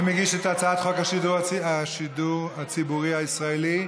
הצעת חוק השידור הציבורי הישראלי.